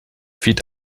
feed